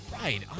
right